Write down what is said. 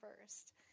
first